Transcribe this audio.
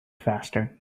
faster